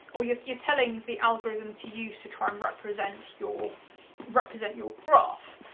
or you're you're telling the algorithm to use to try and represent your represent your graph.